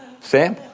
Sam